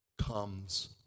comes